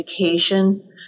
education